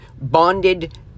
bonded